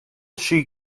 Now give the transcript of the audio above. she